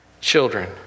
children